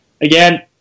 again